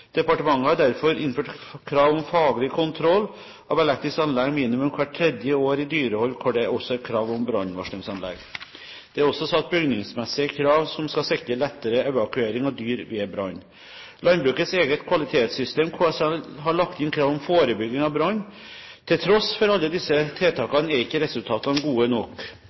Departementet har derfor innført krav om faglig kontroll av elektrisk anlegg minimum hvert tredje år i dyrehold hvor det også er krav om brannvarslingsanlegg. Det er også satt bygningsmessige krav som skal sikre lettere evakuering av dyr ved brann. Landbrukets eget kvalitetssystem, KSL, har lagt inn krav om forebygging av brann. Til tross for alle disse tiltakene er ikke resultatene gode nok.